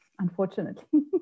Unfortunately